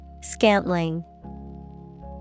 Scantling